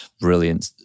Brilliant